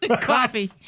Coffee